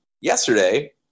Yesterday